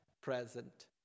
present